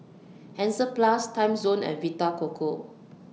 Hansaplast Timezone and Vita Coco